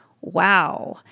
Wow